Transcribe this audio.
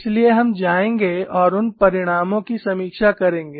इसलिए हम जाएंगे और उन परिणामों की समीक्षा करेंगे